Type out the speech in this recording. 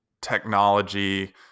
technology